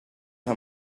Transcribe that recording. her